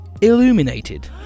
illuminated